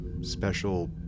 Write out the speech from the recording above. special